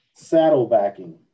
Saddlebacking